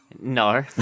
No